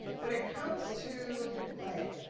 when it comes to like